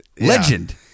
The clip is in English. Legend